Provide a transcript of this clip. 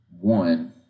one